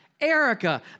Erica